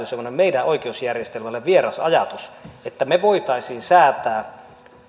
semmoinen meidän oikeusjärjestelmälle vieras ajatus että me voisimme säätää